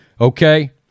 okay